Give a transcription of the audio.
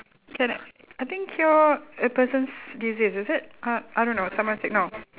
cannot I think cure a person's disease is it uh I don't know someone said no